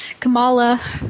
Kamala